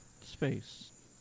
space